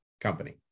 company